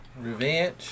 Revenge